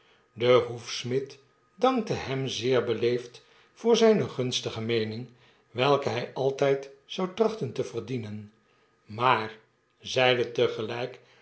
de hoefsmid dankte hem zeer beleefd voor zyne gunstige meening welke hy altyd zou trachten te verdienen maar zeide